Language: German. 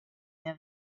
der